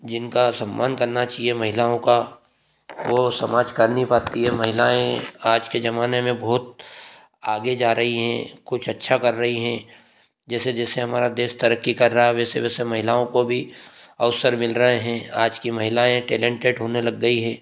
जिनका सम्मान करना चाहिए महिलाओं का वो समाज कर नहीं पाती है महिलाएँ आज के जमाने में बहुत आगे जा रही हैं कुछ अच्छा कर रही हैं जैसे जैसे हमारा देश तरक्की कर रहा है वैसे वैसे महिलाओं को भी अवसर मिल रए हें आज की महिलाएँ टैलेंटेड होने लग गई हैं